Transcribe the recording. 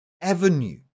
avenue